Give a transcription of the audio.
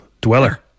dweller